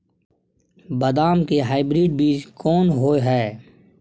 बदाम के हाइब्रिड बीज कोन होय है?